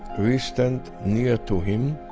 we stand near to him,